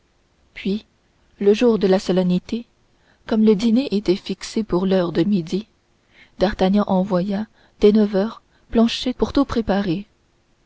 puis le jour de la solennité comme le dîner était fixé pour l'heure de midi d'artagnan envoya dès neuf heures planchet pour tout préparer